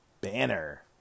Banner